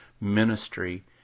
ministry